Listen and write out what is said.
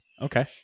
Okay